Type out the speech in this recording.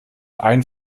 ein